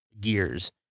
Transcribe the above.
gears